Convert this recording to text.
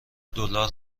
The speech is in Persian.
دلار